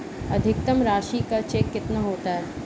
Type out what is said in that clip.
अधिकतम राशि का चेक कितना होता है?